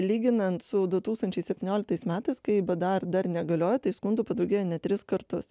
lyginant su du tūkstančiai septynioliktais metais kai bdar dar negaliojo tai skundų padaugėjo net tris kartus